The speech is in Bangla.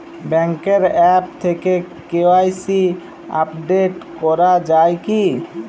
ব্যাঙ্কের আ্যপ থেকে কে.ওয়াই.সি আপডেট করা যায় কি?